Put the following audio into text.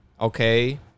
okay